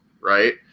Right